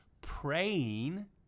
praying